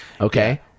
Okay